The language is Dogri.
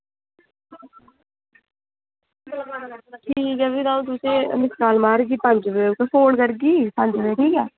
ठीक ऐ फ्ही अ'ऊं तुसेंगी मिस्ड कॉल मारगी पंज बजे ते अ'ऊं फोन करगी पंज बजे ठीक ऐ